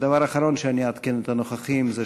ודבר אחרון שאני אעדכן בו את הנוכחים זה